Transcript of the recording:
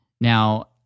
Now